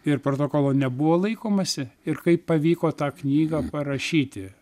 ir protokolo nebuvo laikomąsi ir kaip pavyko tą knygą parašyti